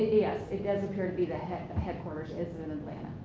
yes, it does appear to be that headquarters is in atlanta.